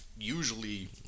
usually